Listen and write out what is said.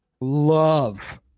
love